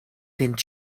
fynd